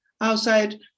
outside